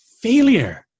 failure